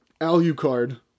Alucard